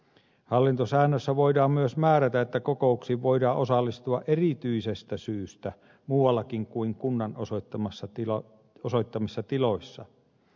hallintosäännössä voidaan myös määrätä että kokouksiin voidaan osallistua erityisestä syystä muuallakin kuin kunnan osoittamissa tiloissa